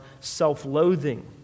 self-loathing